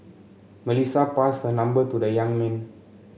Melissa passed her number to the young man